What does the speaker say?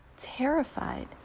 Terrified